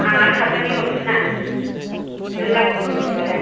आं आथ थाखानि हरगोन्ना नों दामखौ गिबायबालाय